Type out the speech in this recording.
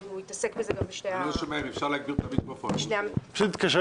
כי הוא התעסק בזה גם בשתי מערכות הבחירות הקודמות.